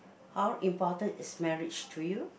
how important is marriage to you